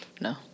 No